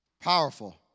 Powerful